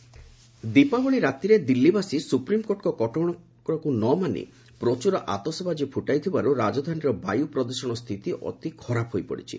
Delhi air quality Deepavali ରାତିରେ ଦିଲ୍ଲୀବାସୀ ସୁପ୍ରିମକୋର୍ଟଙ୍କ କଟକଣାକୁ ନ ମାନି ପ୍ରଚୁର ଆତଶବାଜୀ ଫୁଟାଇବାରୁ ରାଜଧାନୀର ବାୟୁ ପ୍ରଦୂଷଣ ସ୍ଥିତି ଅତି ଖରାପ ହୋଇପଡ଼ିଛି